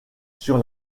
sur